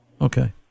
Okay